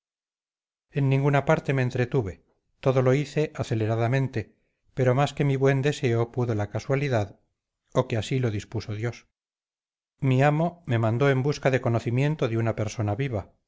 en ninguna parte me entretuve todo lo hice aceleradamente pero más que mi buen deseo pudo la casualidad o que así lo dispuso dios mi amo me mandó en busca de conocimiento de una persona viva